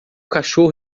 cachorro